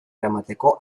eramateko